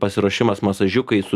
pasiruošimas masažiukai su